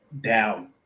down